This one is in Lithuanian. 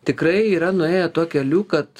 tikrai yra nuėjo tuo keliu kad